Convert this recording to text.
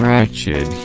Ratchet